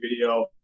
video